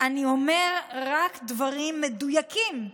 אני אומר רק דברים מדויקים.